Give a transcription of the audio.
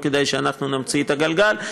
לא כדאי שאנחנו נמציא את הגלגל.